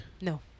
No